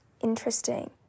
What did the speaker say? interesting